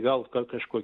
gal k kažkokio